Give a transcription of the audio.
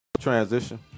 transition